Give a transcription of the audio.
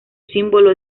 símbolo